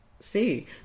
see